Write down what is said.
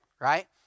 right